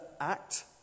act